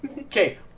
Okay